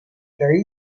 there